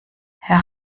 herr